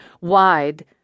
wide